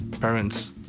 parents